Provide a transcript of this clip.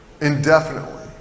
indefinitely